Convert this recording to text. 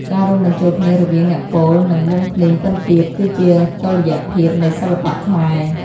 ការរួមបញ្ចូលគ្នារវាងអ្នកពោល និងវង់ភ្លេងពិណពាទ្យ គឺជាតុល្យភាពនៃសិល្បៈខ្មែរ។